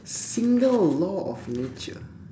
single law of nature